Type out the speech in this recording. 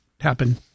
happen